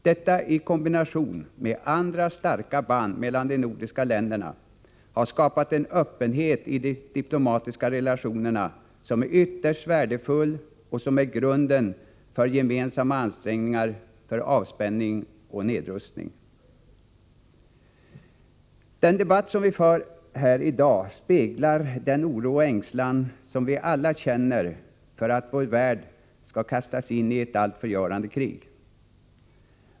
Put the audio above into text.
Detta i kombination med andra starka band mellan de nordiska länderna har skapat en öppenhet i de diplomatiska relationerna som är ytterst värdefull och som är grunden för gemensamma ansträngningar för avspänning och nedrustning. Den debatt som vi för här i dag speglar den oro och ängslan som vi alla känner för att vår värld skall kastas in i ett allt förgörande krig.